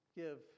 give